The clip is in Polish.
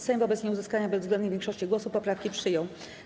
Sejm wobec nieuzyskania bezwzględnej większości głosów poprawki przyjął.